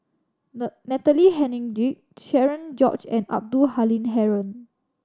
Natalie Hennedige Cherian George and Abdul Halim Haron